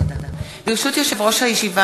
ברשות יושב-ראש הישיבה,